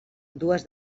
dues